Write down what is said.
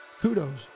kudos